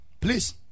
please